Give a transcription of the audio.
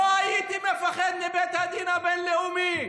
זה מה, לא הייתי מפחד מבית הדין הבין-לאומי.